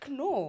no